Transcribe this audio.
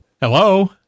Hello